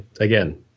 again